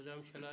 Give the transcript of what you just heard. משרדי הממשלה.